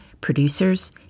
Producers